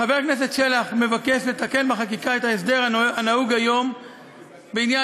שחבר הכנסת שלח מבקש לתקן בחקיקה את ההסדר הנהוג כיום בעניין